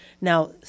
Now